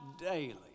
daily